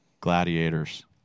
Gladiators